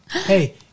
Hey